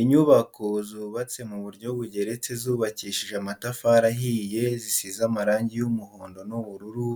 Inyubako zubatse mu buryo bugeretse zubakishije amatafari ahiye zisize amarangi y'umuhondo n'ubururu